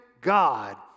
God